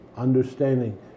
understanding